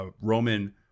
Roman